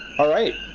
alright,